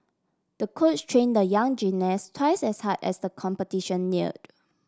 the coach trained the young gymnast twice as hard as the competition neared